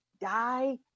die